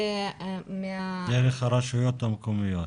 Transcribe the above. דרך הרשויות המקומיות.